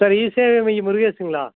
sir e சேவை மையம் முருகேஷுங்களா